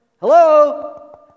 Hello